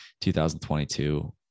2022